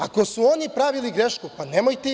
Ako su oni pravili grešku, pa nemojte i vi.